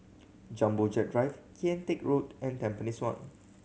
Jumbo Jet Drive Kian Teck Road and Tampines One